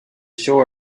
sure